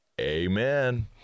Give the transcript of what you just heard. Amen